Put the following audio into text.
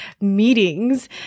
meetings